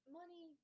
money